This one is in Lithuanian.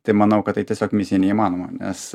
tai manau kad tai tiesiog misija neįmanoma nes